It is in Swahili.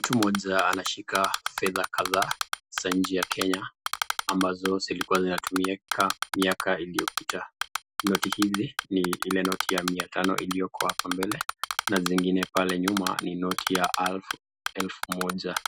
Mtu mmoja anashika fedha kadhaa za nchi ya kenya ambazo zilikuwa zinatumika miaka ilizopita. Noti hizi ni ile noti ya mia tano iliyoko hapa mbele na zingine pale nyuma ni noti ya elfu moja